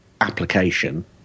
application